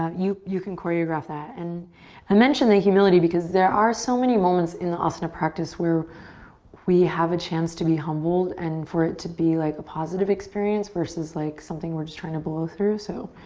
ah you you can choreograph that. and i mentioned the humility because there are so many moments in the asana practice where we have a chance to be humbled, and for it to be like a positive experience, versus like something we're just trying to blow through so,